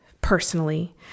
personally